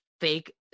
fake